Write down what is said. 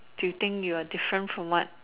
do you think you are different from what